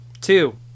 Two